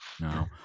No